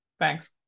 Thanks